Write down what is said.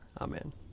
Amen